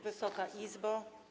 Wysoka Izbo!